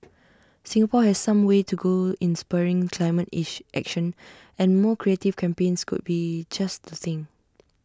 Singapore has some way to go in spurring climate action and more creative campaigns could be just the thing